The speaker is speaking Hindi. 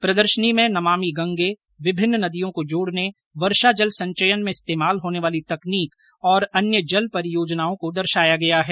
प्रदर्शनी में नमामि गंगे विभिन्न नदियों को जोड़ने वर्षा जल संचयन में इस्तेमाल होने वाली तकनीक और अन्य जल परियोजनाओं को दर्शाया गया है